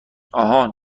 آهان